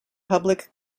public